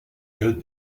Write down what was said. good